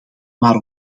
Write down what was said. maar